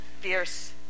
Fierce